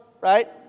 right